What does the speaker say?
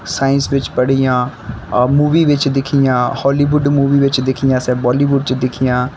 science बिच्च पढ़ियां movie बिच्च दिक्खियां हालीवुड मूवी बिच्च दिक्खियां असें बालीवुड च दिक्खियां